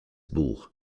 buch